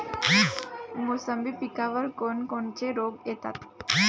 मोसंबी पिकावर कोन कोनचे रोग येतात?